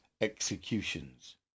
executions